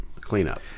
cleanup